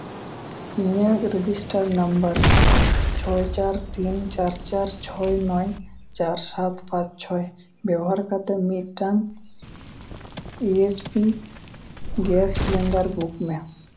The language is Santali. ᱤᱧᱟᱹᱜ ᱨᱮᱡᱤᱥᱴᱟᱨ ᱱᱟᱢᱵᱟᱨ ᱪᱷᱚᱭ ᱪᱟᱨ ᱛᱤᱱ ᱪᱟᱨ ᱪᱟᱨ ᱪᱷᱚᱭ ᱱᱚᱭ ᱪᱟᱨ ᱥᱟᱛ ᱯᱟᱸᱪ ᱪᱷᱚᱭ ᱵᱮᱵᱚᱦᱟᱨ ᱠᱟᱛᱮᱫ ᱢᱤᱫᱴᱟᱱ H P gas cylinder book ᱢᱮ